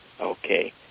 okay